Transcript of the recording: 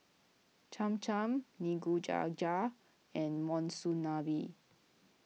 Cham Cham Nikujaga and Monsunabe